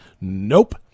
Nope